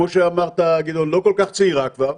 כמו שאמרת, גדעון, לא כל כך צעירה כבר,